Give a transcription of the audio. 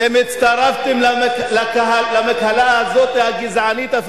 אתם הצטרפתם למקהלה הגזענית הזאת,